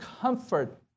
comfort